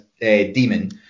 demon